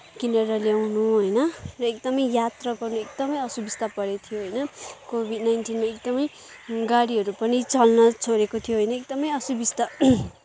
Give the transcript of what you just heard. किनेर ल्याउनु होइन र एकदमै यात्रा गर्न एकदमै असुबिस्ता परेको थियो होइन कोभिड नाइन्टिनले एकदमै गाडीहरू पनि चल्न छोडे्को थियो होइन एकदमै असुबिस्ता